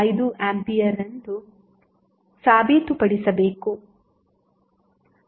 5 ampere ಎಂದು ಸಾಬೀತುಪಡಿಸಬೇಕು